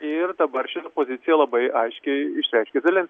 ir dabar šitą poziciją labai aiškiai išreiškė zelens